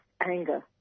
anger